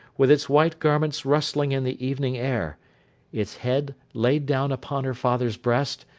with its white garments rustling in the evening air its head laid down upon her father's breast,